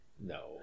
No